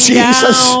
Jesus